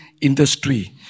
industry